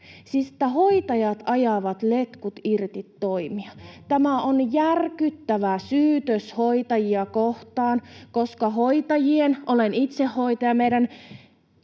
Siis että hoitajat ajavat letkut irti ‑toimia. Tämä on järkyttävä syytös hoitajia kohtaan, koska hoitajien — olen itse hoitaja — pääasia